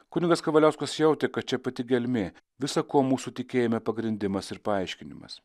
kunigas kavaliauskas jautė kad čia pati gelmė visa ko mūsų tikėjime pagrindimas ir paaiškinimas